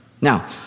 Now